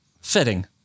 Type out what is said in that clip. Fitting